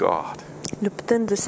God